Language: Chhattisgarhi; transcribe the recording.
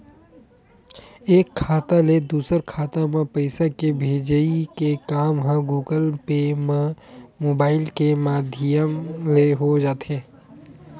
एक खाता ले दूसर खाता म पइसा के भेजई के काम ह गुगल पे म मुबाइल के माधियम ले हो जाथे